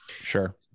Sure